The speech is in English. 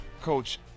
coach